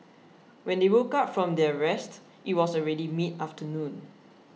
when they woke up from their rest it was already mid afternoon